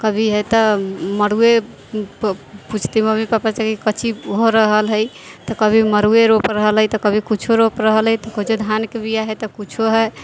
कभी हइ तऽ मड़ुए पुछती मम्मी पप्पासँ कि कथी हो रहल हइ तऽ कभी मड़ुए रोप रहल हइ तऽ कभी किछो रोप रहल हइ धानके बिया हइ तऽ कुछो हइ